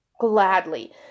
Gladly